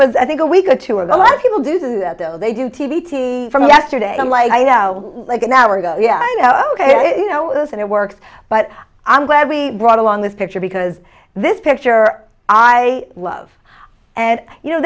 was i think a week or two ago a lot of people do though they do t t from yesterday i'm like you know like an hour ago yeah ok you know and it works but i'm glad we brought along this picture because this picture i love and you know